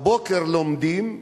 בבוקר לומדים,